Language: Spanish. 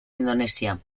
indonesia